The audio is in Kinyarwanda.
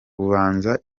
ubanza